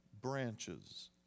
branches